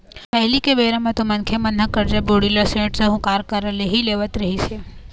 पहिली के बेरा म तो मनखे मन ह करजा, बोड़ी ल सेठ, साहूकार करा ले ही लेवत रिहिस हे